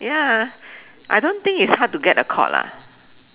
ya I don't think it's hard to get a court lah